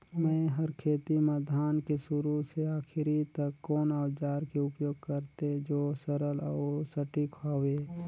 मै हर खेती म धान के शुरू से आखिरी तक कोन औजार के उपयोग करते जो सरल अउ सटीक हवे?